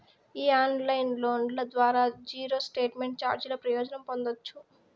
ఈ ఆన్లైన్ లోన్ల ద్వారా జీరో స్టేట్మెంట్ చార్జీల ప్రయోజనం పొందచ్చు